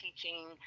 teaching